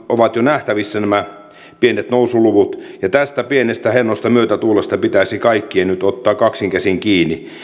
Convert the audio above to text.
ovat jo nähtävissä nämä pienet nousuluvut ja tästä pienestä hennosta myötätuulesta pitäisi kaikkien nyt ottaa kaksin käsin kiinni